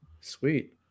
Sweet